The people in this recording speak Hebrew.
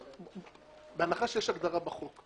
בהנחה שיש הגדרה בחוק,